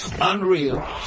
Unreal